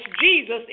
Jesus